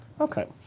Okay